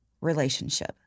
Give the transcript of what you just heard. relationship